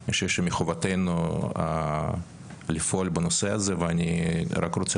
אני חושב שמחובתנו לפעול בנושא הזה ואני רק רוצה